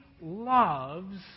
loves